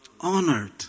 Honored